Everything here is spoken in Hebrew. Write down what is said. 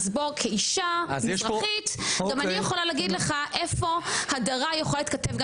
אז כאישה מזרחית גם אני יכולה להגיד לך איפה הדרה יכולה להתכתב גם